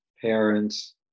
parents